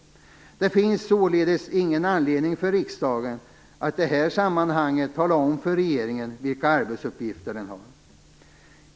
Det finns således ingen anledning för riksdagen att i detta sammanhang tala om för regeringen vilka arbetsuppgifter den har.